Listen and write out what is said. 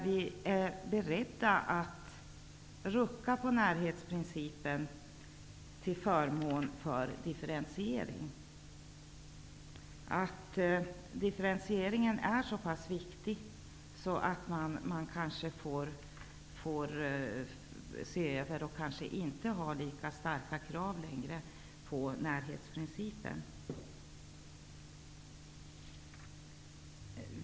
Vi är beredda att rucka på närhetsprincipen till förmån för differentieringen. Den är så pass viktig att man kanske inte längre bör ha lika starka krav på närhetsprincipen.